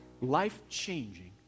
life-changing